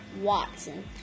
watson